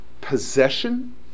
possession